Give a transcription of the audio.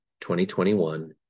2021